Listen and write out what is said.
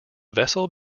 vessel